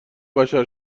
بشر